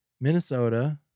Minnesota